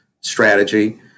strategy